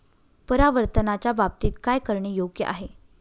परावर्तनाच्या बाबतीत काय करणे योग्य आहे